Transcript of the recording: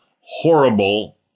horrible